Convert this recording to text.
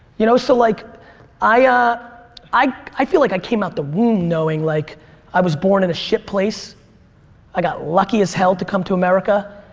you know so like i ah i feel like i came out the womb knowing like i was born in a shit place i got lucky as hell to come to america,